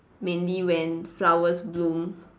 mainly when flowers bloom